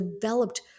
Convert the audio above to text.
developed